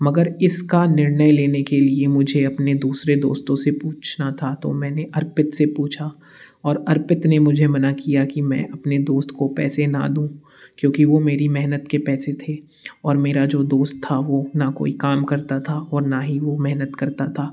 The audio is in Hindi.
मगर इसका निर्णय लेने के लिए मुझे अपने दूसरे दोस्तों से पूछना था तो मैंने अर्पित से पूछा और अर्पित ने मुझे मना किया कि मैं अपने दोस्त को पैसे न दूँ क्योंकि वो मेरी मेहनत के पैसे थे और मेरा जो दोस्त था वो न कोई काम करता था और न ही वो मेहनत करता था